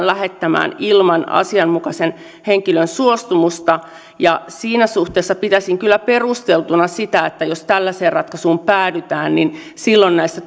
lähettämään ilman asianmukaisen henkilön suostumusta siinä suhteessa pitäisin kyllä perusteltuna sitä että jos tällaiseen ratkaisuun päädytään niin silloin näissä